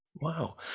wow